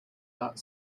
not